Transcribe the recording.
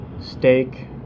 Steak